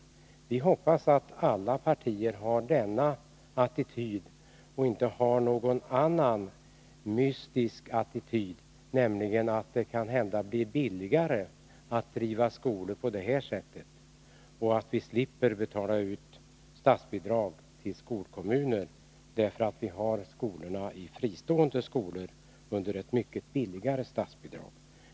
Jag hoppas att alla partier har denna attityd och inte någon annan, mystisk, attityd och tänker på att det blir billigare för oss att driva skolor om vi har fristående skolor som vi inte behöver betala så mycket i statsbidrag för.